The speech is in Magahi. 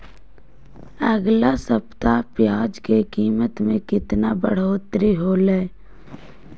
अगला सप्ताह प्याज के कीमत में कितना बढ़ोतरी होलाय?